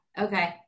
Okay